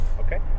Okay